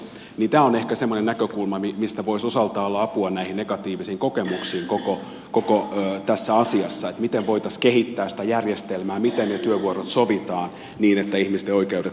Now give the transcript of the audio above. tämä on ehkä semmoinen näkökulma mistä voisi osaltaan olla apua näihin negatiivisiin kokemuksiin koko tässä asiassa että miten voitaisiin kehittää sitä järjestelmää miten ne työvuorot sovitaan niin että ihmisten oikeudet toteutuisivat